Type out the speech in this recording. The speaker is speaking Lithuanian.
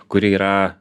kuri yra